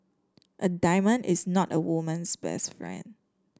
a diamond is not a woman's best friend